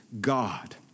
God